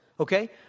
Okay